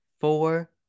four